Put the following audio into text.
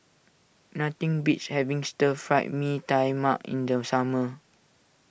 nothing beats having Stir Fried Mee Tai Mak in the summer